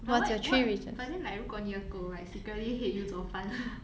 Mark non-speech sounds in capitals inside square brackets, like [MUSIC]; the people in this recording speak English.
but what what but then like 如果你的狗 like secretly hate you 怎么办 [NOISE]